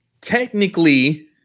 technically